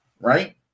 Right